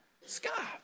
Scott